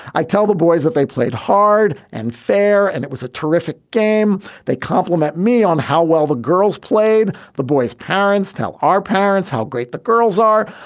i tell the boys that they played hard and fair and it was a terrific game. they compliment me on how well the girls played. the boys parents tell our parents how great the girls are.